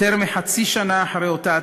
יותר מחצי שנה אחרי אותה הצהרה,